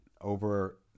over